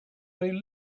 they